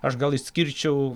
aš gal išskirčiau